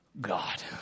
God